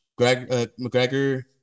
McGregor